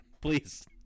please